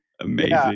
Amazing